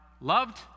loved